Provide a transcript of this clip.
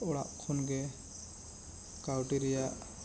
ᱚᱲᱟᱜ ᱠᱷᱚᱱ ᱜᱮ ᱠᱟᱹᱣᱰᱤ ᱨᱮᱭᱟᱜ